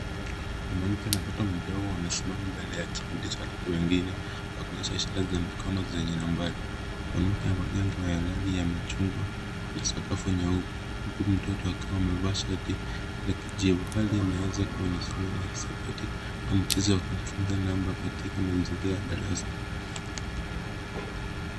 Mwanamke na mtoto mdogo wanasimama mbele ya kikundi cha watoto wengine wakionyesha ishara za mikono zenye nambari. Mwanamke amevalia nguo yenye rangi ya machungwa na skafu nyeupe, huku mtoto akiwa amevaa shati ya kijivu. Hii inawezakuwa somo la hisabati au mchezo wa kufunzana namba katika mazingira ya darasa.